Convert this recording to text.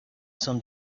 some